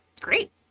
Great